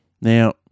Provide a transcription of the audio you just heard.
Now